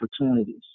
opportunities